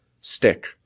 stick